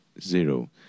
zero